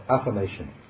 affirmation